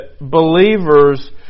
believers